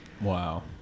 Wow